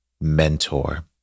mentor